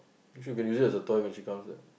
she can use it as a toy when she comes